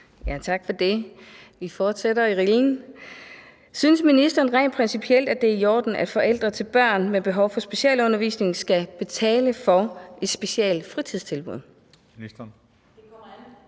Tak for det. Vi fortsætter i samme rille. Synes ministeren rent principielt, at det er i orden, at forældre til børn med behov for specialundervisning skal betale for specialfritidstilbud?